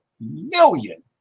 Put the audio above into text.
million